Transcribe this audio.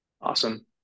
Awesome